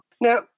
Now